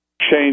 change